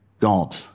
God